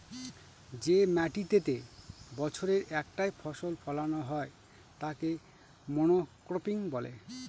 যে মাটিতেতে বছরে একটাই ফসল ফোলানো হয় তাকে মনোক্রপিং বলে